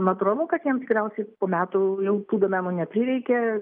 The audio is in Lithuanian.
natūralu kad jiems tikriausiai po metų jau tų duomenų neprireikė